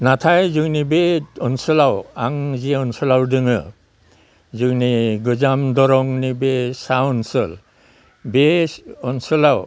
नाथाय जोंनि बे ओनसोलाव आं जि ओनसोलाव दङ जोंनि गोजाम दरंनि बे साहा ओनसोल बे ओनसोलाव